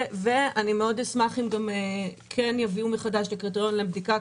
ואני מאוד אשמח אם כן יביאו מחדש קריטריון לבדיקה.